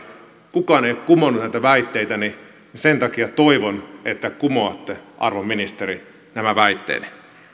kukaan ei ole kumonnut näitä väitteitäni sen takia toivon että kumoatte arvon ministeri nämä väitteeni